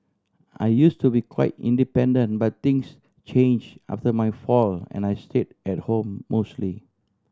I use to be quite independent but things change after my fall and I stayed at home mostly